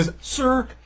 sir